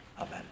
Amen